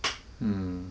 mm